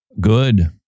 good